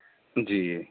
جی